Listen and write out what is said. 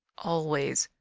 always,